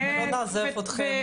אנחנו לא נעזוב אתכם.